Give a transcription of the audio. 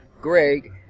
Greg